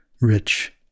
rich